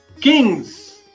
kings